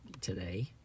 today